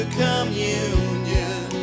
communion